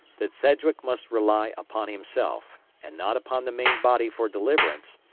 that sedgwick must rely upon himself, and not upon the main body for deliverance,